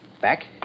Back